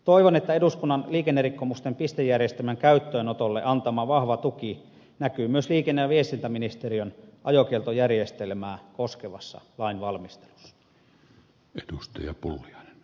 toivon että eduskunnan liikennerikkomusten pistejärjestelmän käyttöönotolle antama vahva tuki näkyy myös liikenne ja viestintäministeriön ajokieltojärjestelmää koskevassa lainvalmistelussa